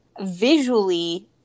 Visually